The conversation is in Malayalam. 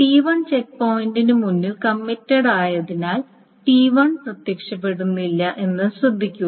ടി 1 ചെക്ക് പോയിന്റിന് മുമ്പിൽ കമ്മിറ്റഡ് ആയതിനാൽ ടി 1 പ്രത്യക്ഷപ്പെടുന്നില്ല എന്നത് ശ്രദ്ധിക്കുക